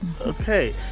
Okay